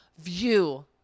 view